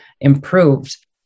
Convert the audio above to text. improved